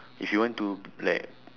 if you want to like